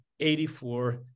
84